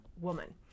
woman